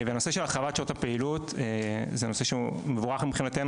והנושא של החרבת שעות הפעילות זה נושא שהוא מבורך מבחינתנו